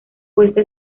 puesto